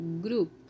group